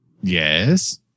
Yes